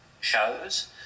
shows